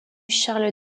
charles